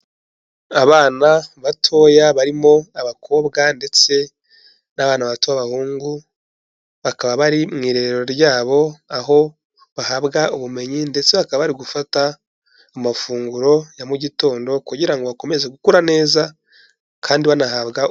Abana batoya barimo abakobwa ndetse n'abana bato b'abahungu, bakaba bari mu irerero ryabo aho bahabwa ubumenyi ndetse bakaba bari gufata amafunguro ya mu gitondo kugira ngo bakomeze gukura neza kandi banahabwa...